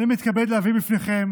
אני מתכבד להביא בפניכם